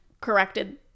corrected